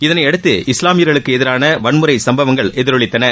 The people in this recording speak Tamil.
இதனையடுத்து இஸ்லாமியர்களுக்கு எதிரான வன்முறை சம்பவங்கள் எதிரொலித்தன